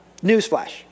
Newsflash